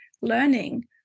learning